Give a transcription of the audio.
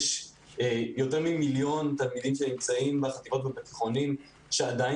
יש יותר ממיליון תלמידים שנמצאים בחטיבות ובתיכונים שעדיין